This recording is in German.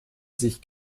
sich